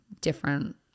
different